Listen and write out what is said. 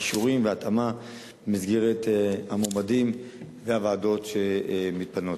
זה הולך על-פי כישורים והתאמה במסגרת המועמדים והוועדות שמתפנות.